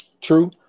True